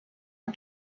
for